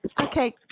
Okay